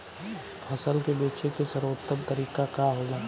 फसल के बेचे के सर्वोत्तम तरीका का होला?